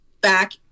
back